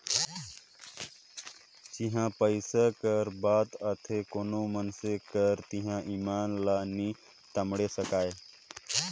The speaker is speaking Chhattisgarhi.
जिहां पइसा कर बात आथे कोनो मइनसे कर तिहां ईमान ल नी टमड़े सकाए